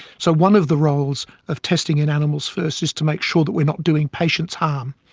so one of the roles of testing in animals first is to make sure that we are not doing patients harm.